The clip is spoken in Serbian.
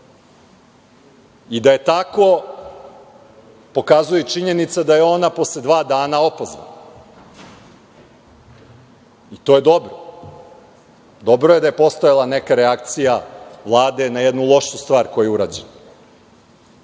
i da je tako, pokazuje i činjenica da je ona posle dva dana opozvana. To je dobro. Dobro je da je postojala neka reakcija Vlade na jednu lošu stvar koja je urađena.